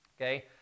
okay